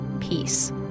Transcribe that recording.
peace